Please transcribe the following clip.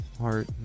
heart